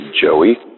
Joey